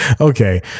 Okay